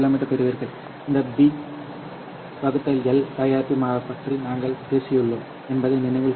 பெறுகிறீர்கள் இந்த B L தயாரிப்பு பற்றி நாங்கள் பேசியுள்ளோம் என்பதை நினைவில் கொள்க